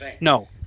No